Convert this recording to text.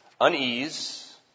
unease